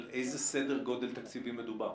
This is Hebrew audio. על איזה סדר גודל של תקציבים מדובר?